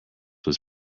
was